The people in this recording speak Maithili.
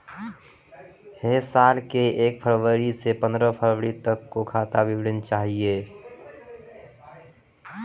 है साल के एक फरवरी से पंद्रह फरवरी तक रो खाता विवरणी चाहियो